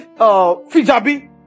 Fijabi